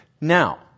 Now